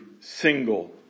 single